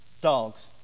dogs